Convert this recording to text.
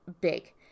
big